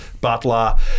Butler